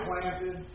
planted